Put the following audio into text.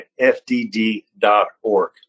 FDD.org